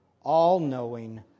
all-knowing